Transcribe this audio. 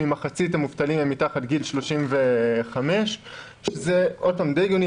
כמחצית מהמובטלים הם מתחת לגיל 35. זה די הגיוני,